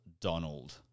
Donald